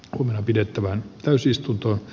kumina pidettävään täysistunto